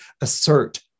assert